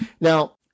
Now